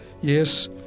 Yes